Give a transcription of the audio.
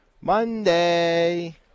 Monday